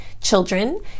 children